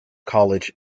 college